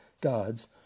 god's